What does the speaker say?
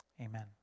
amen